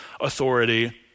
authority